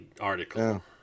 article